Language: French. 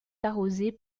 arrosé